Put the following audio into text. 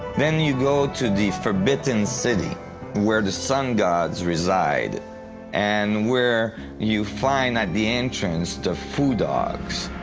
then you go to the forbidden city where the sun gods reside and where you find at the entrance the fu dogs,